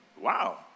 Wow